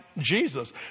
Jesus